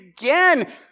again